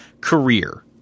career